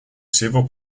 civil